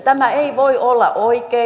tämä ei voi olla oikein